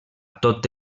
tot